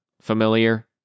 familiar